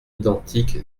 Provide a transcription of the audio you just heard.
identique